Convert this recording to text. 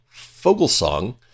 Fogelsong